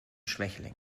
schwächling